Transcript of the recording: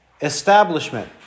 establishment